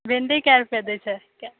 भिंडी कै रुपये दै छै